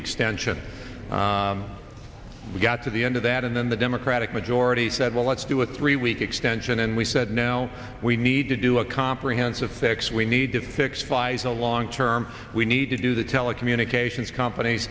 extension we got to the end of that and then the democratic majority said well let's do a three week extension and we said now we need to do a comprehensive fix we need to fix buys a long term we need to do the telecommunications compan